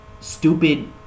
stupid